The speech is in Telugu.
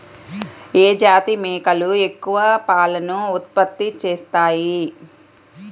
ఏ జాతి మేకలు ఎక్కువ పాలను ఉత్పత్తి చేస్తాయి?